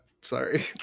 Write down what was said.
sorry